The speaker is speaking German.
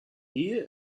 ehe